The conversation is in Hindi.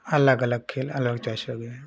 अलग अलग खेल अलग च्वॉइस हो गई है